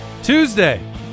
Tuesday